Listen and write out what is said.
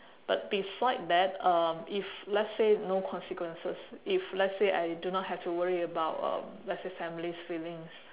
but beside that um if let's say no consequences if let's say I do not have to worry about um let's say families' feeling